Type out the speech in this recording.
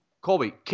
Colby